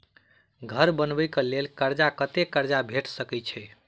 घर बनबे कऽ लेल कर्जा कत्ते कर्जा भेट सकय छई?